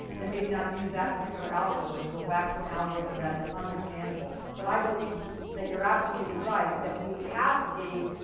then maybe not use that particular algorithm and go back to an algorithm that is understandable. but i believe that you're absolutely right, that we have a,